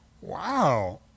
Wow